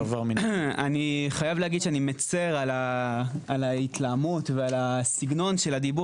אני חייב להגיד שאני מצר על ההתלהמות ועל הסגנון של הדיבור,